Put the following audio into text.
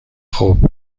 خوب